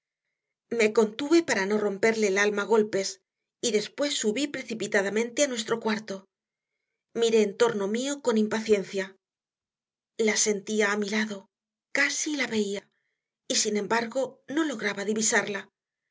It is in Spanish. me contuve para no romperle el alma a golpes y después subí precipitadamente a nuestro cuarto miré en torno mío con impaciencia la sentía a mi lado casi la veía y sin embargo no lograba divisarla